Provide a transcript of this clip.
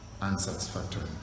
unsatisfactory